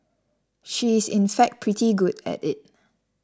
she is in fact pretty good at it